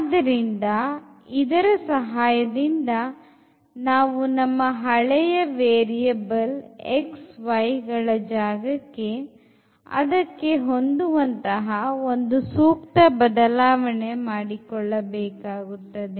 ಆದ್ದರಿಂದ ಇದರ ಸಹಾಯದಿಂದ ನಾವು ನಮ್ಮ ಹಳೆಯ ವೇರಿಯಬಲ್ x y ಗಳ ಜಾಗಕ್ಕೆ ಅದಕ್ಕೆ ಹೊಂದುವಂತಹ ಒಂದು ಸೂಕ್ತ ಬದಲಾವಣೆ ಮಾಡಿಕೊಳ್ಳಬೇಕಾಗುತ್ತದೆ